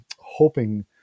hoping